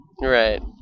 Right